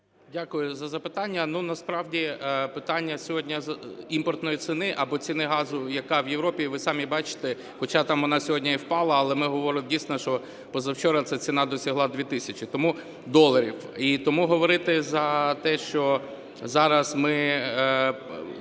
Дякую за запитання. Насправді питання сьогодні імпортної ціни або ціни газу, яка в Європі, ви самі бачите. Хоча там вона там сьогодні і впала, але ми говоримо дійсно, що позавчора ця ціна досягла 2 тисячі доларів. І тому говорити за те, що зараз ми,